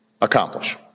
accomplish